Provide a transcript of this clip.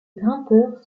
grimpeur